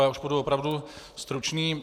Já už budu opravdu stručný.